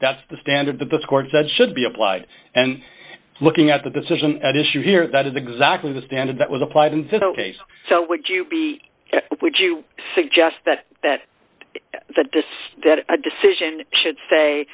that's the standard that this court said should be applied and looking at the decision at issue here that is exactly the standard that was applied and so would you be would you suggest that that that this decision should stay